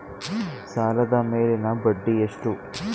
ಸಾಲದ ಮೇಲಿನ ಬಡ್ಡಿ ಎಷ್ಟು?